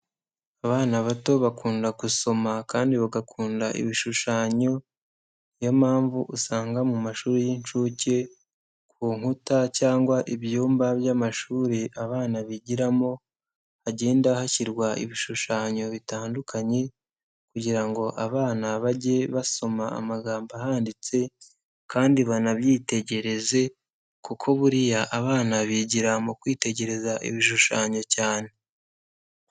Abana bato bakunda gusoma kandi bagakunda ibishushanyo ni yo mpamvu usanga mu mashuri y'incuke ku nkuta cyangwa ibyumba by'amashuri abana bigiramo hagenda hashyirwa ibishushanyo bitandukanye kugira ngo abana bajye basoma amagambo ahanditse kandi banabyitegereze kuko buriya abana bigira mu kwitegereza ibishushanyo cyane.